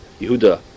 Yehuda